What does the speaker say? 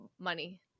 money